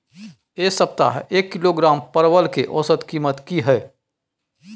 ऐ सप्ताह एक किलोग्राम परवल के औसत कीमत कि हय?